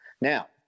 Now